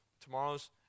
tomorrow's